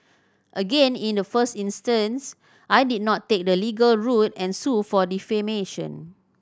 again in the first instance I did not take the legal route and sue for defamation